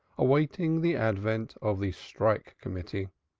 awaiting the advent of the strike committee.